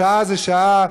שעה זה שעה,